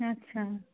আচ্ছা